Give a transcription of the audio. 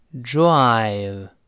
drive